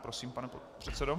Prosím, pane předsedo.